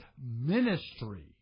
ministry